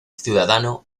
ciudadano